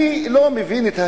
אני לא מבין את ההיגיון,